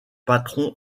patron